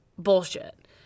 bullshit